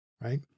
right